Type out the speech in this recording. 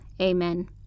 Amen